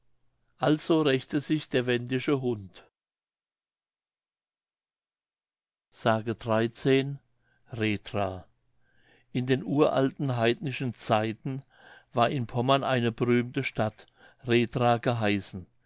also rächte sich der wendische hund in den uralten heidnischen zeiten war in pommern eine berühmte stadt rethra geheißen